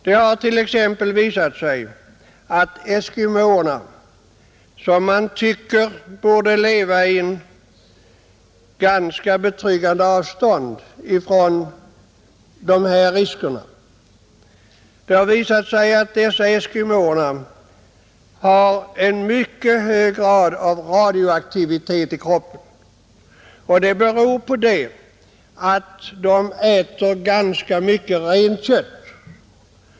Det har t.ex. visat sig att eskimåerna — som man tycker borde leva på ett ganska betryggande avstånd från de här riskabla företeelserna — har en mycket hög grad av radioaktivitet i kroppen. Det beror på att de äter ganska mycket renkött.